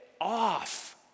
off